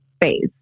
phase